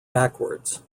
backwards